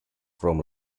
from